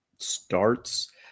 Starts